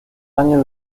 año